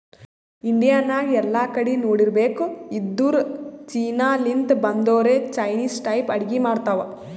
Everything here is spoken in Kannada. ಇಂಡಿಯಾ ನಾಗ್ ಎಲ್ಲಾ ಕಡಿ ನೋಡಿರ್ಬೇಕ್ ಇದ್ದೂರ್ ಚೀನಾ ಲಿಂತ್ ಬಂದೊರೆ ಚೈನಿಸ್ ಟೈಪ್ ಅಡ್ಗಿ ಮಾಡ್ತಾವ್